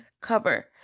Cover